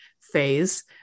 phase